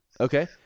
Okay